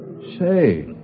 Say